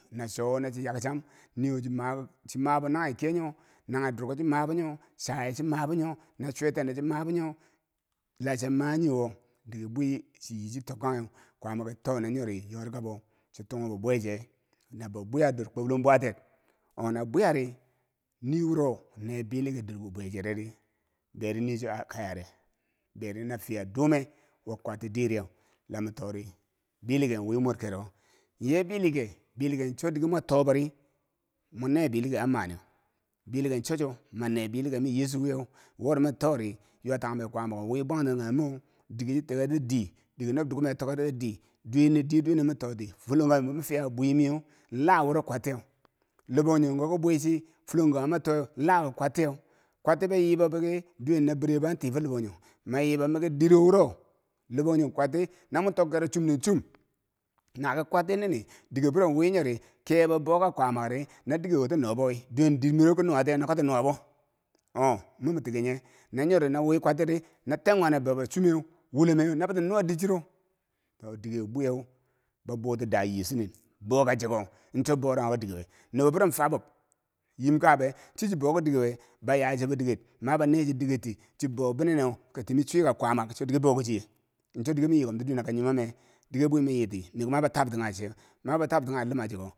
Na chowo na chiyak cham niwo mabo naghe kiye nyo nanghe durko chi mabo nyo chaye chi mabo nyo bi chwetendo chimabo yo lachomaye wo dike bwiye chiyi takkaghe kwaama keno nyari yorika chii toghu be bwe che na bo bwiya dor koblom bwatiyem nabwiya rii ni wuro ne bilinghe dorbi bwe chiridi deri nicho akayare deri na nafiya dume who kwatti diriyeu la mitori bilighe wehmor kerowo yeh bilike bilike cho dike moto bori mo neken bilike an mane bilike cho chuwo meyeechu weyeu wori matore yuwa tangba kwama go we bwanten ti kanghe mo dike chi toke ke dei, dike nob dukumeb toke ri ki dei duwene diye duwene matoti fulongka miko mo fiya bwe miyeu laworo kwait tiyeu lonbangjongo ke bwichi fullonkako matowe lawo kwatiyeu, kwaiti boyi bo boki dwen na bire bo anti fo lo bangjong mayibo miki diro woro, labongjong kwatti no mo tokkero chomri chom nake kwaiti nini dikiburo we nye re kebo boka kwaama ri no dike woke nobo we duwe diirmiro konu watiye no ka ti nuwa oh- momi tike nye no nyori no we kwaitiri na tan kwanabebo chumeu wolomeu nobatinuwadir chero to dike bwiu yeu bo bu dah yeechu ni bo kache cheko in chobora ghou kidikwe nubo buro Fabub yim kabe, chichibou ki dikiwe baya chibo diket maba nachi diket ti chibou binane katimi chwika kwamak cho dike bauke chia chodike bwuma yikom ti duwen nako nyo mome dike bwi me yiiti miki mabo tabti kanghe che mabo tabti kanghe luma cheko.